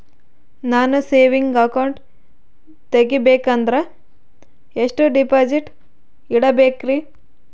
ನಾನು saving account ತೆಗಿಬೇಕಂದರ ಎಷ್ಟು ಡಿಪಾಸಿಟ್ ಇಡಬೇಕ್ರಿ?